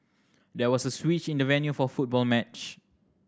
there was a switch in the venue for football match